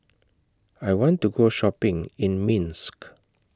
I want to Go Shopping in Minsk